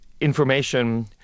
information